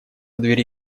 двери